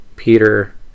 peter